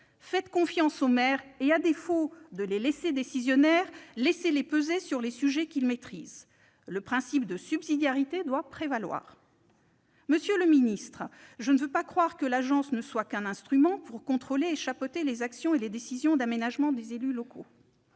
Faites confiance aux maires et, à défaut de les rendre décisionnaires, laissez-les peser sur les sujets qu'ils maîtrisent. Le principe de subsidiarité doit prévaloir. Monsieur le ministre, je ne veux pas croire que l'agence ne sera qu'un instrument pour contrôler et chapeauter les actions et les décisions d'aménagement des élus locaux.